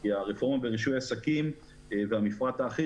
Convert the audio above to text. כי הרפורמה ברישוי עסקים והמפרט האחיד